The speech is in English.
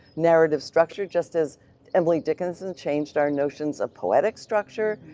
narrative structure just as emily dickinson changed our notions of poetic structure.